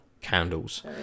candles